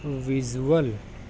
visual